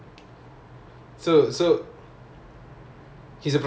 oh but he's also he's a professional player lah